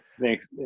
Thanks